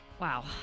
Wow